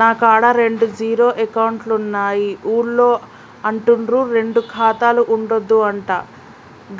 నా కాడా రెండు జీరో అకౌంట్లున్నాయి ఊళ్ళో అంటుర్రు రెండు ఖాతాలు ఉండద్దు అంట